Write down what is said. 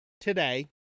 today